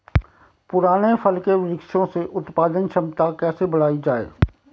पुराने फल के वृक्षों से उत्पादन क्षमता कैसे बढ़ायी जाए?